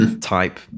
type